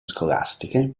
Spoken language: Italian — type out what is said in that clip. scolastiche